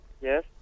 Yes